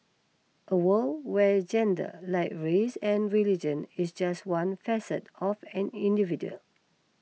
a world where gender like race and religion is just one facet of an individual